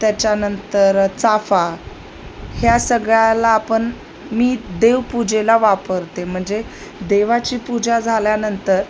त्याच्यानंतर चाफा ह्या सगळ्याला आपण मी देवपूजेला वापरते म्हणजे देवाची पूजा झाल्यानंतर